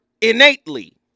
innately